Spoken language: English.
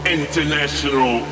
international